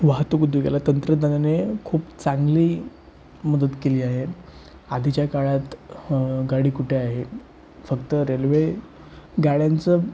वाहतूक उद्योगाला तंत्रज्ञानाने खूप चांगली मदत केली आहे आधीच्या काळात गाडी कुठे आहे फक्त रेल्वे गाड्यांचं